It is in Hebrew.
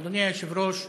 אדוני היושב-ראש,